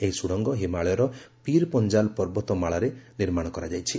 ଏହି ସୁଡ଼ଙ୍ଗ ହିମାଳୟର ପିର୍ ପଞ୍ଜାଲ ପର୍ବତ ମାଳାରେ ନିର୍ମାଣ କରାଯାଇଛି